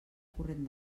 corrent